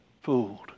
fooled